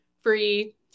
free